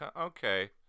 okay